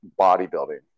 bodybuilding